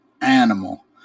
animal